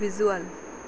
visual